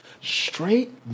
Straight